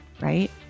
right